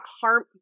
harm